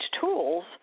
tools